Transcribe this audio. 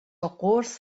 قرص